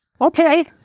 okay